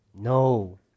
No